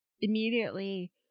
immediately